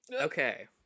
Okay